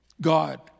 God